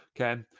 Okay